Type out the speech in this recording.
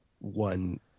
one